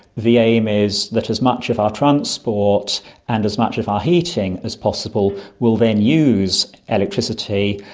the aim is that as much of our transport and as much of our heating as possible will then use electricity,